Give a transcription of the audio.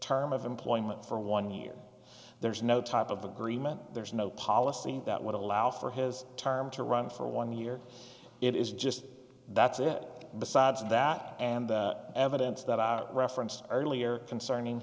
term of employment for one year there's no type of agreement there is no policy that would allow for his term to run for one year it is just that's it besides that and evidence that referenced earlier concerning